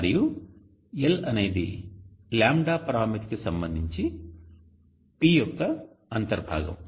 మరియు L అనేది λ పరామితికి సంబంధించి P యొక్క అంతర్భాగం